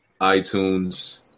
itunes